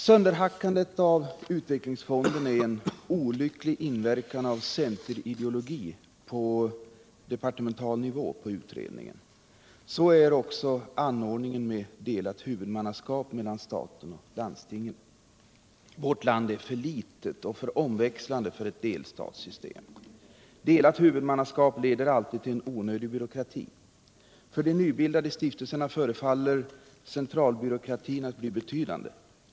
Sönderhackandet av utvecklingsfonden är en olycklig inverkan av centerideologi på departemental nivå på utredningen. Detsamma gäller anordningen med delat huvudmannaskap mellan staten och landstingen. Vårt land är för litet och för växlande för ett delstatssystem. Delat huvudmannaskap leder alltid till onödig byråkrati. I de nybildade stiftelserna förefaller centralbyråkratin bli betydande.